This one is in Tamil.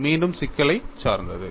அது மீண்டும் சிக்கலைச் சார்ந்தது